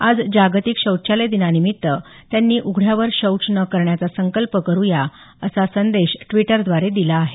आज जागतिक शौचालय दिनानिमित्त त्यांनी उघड्यावर शौच न करण्याचा संकल्प करु या असा संदेश ट्विटरद्वारे दिला आहे